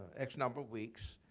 x number of weeks,